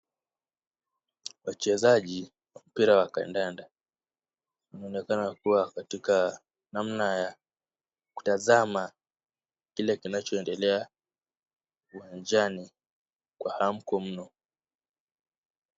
Wachezaji wa mpira wa kandanda wanaonekana kuwa katika namna ya kutazama kile kinachoendelea uwanjani kwa hamko.